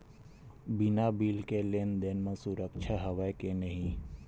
बिना बिल के लेन देन म सुरक्षा हवय के नहीं?